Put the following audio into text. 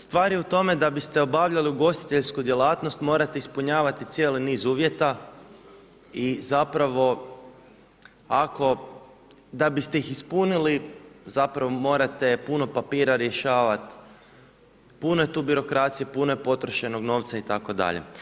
Stvar je u tome da biste obavljali ugostiteljsku djelatnost morate ispunjavati cijeli niz uvjeta i zapravo ako da biste ih ispunili zapravo morate puno papira rješavati, puno je tu birokracije, puno je potrošenog novca itd.